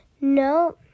no